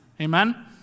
Amen